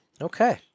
Okay